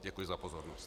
Děkuji za pozornost.